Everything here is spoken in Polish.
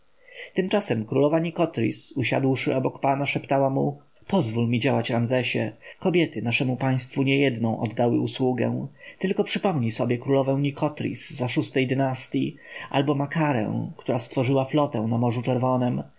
tymczasem królowa nikotris usiadłszy obok pana szeptała mu pozwól mi działać ramzesie kobiety naszemu państwu niejedną oddały usługę tylko przypomnij sobie królowę nikotris za szóstej dynastji albo makarę która stworzyła flotę na morzu czerwonem